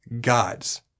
gods